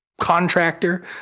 contractor